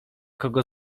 kogo